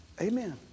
Amen